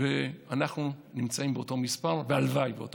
אנחנו נמצאים באותו מספר, והלוואי שאותו מספר.